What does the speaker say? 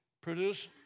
produce